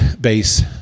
base